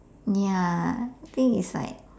ya think is like